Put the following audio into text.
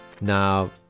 Now